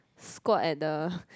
squat at the